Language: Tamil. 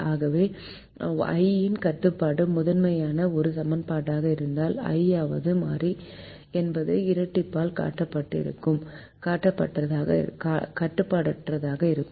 ஆகவே i இன் கட்டுப்பாடு முதன்மையான ஒரு சமன்பாடாக இருந்தால் i' ஆவது மாறி என்பது இரட்டிப்பில் கட்டுப்பாடற்றதாக இருக்கும்